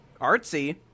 artsy